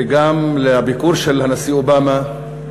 וגם לביקור של הנשיא אובמה,